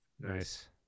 Nice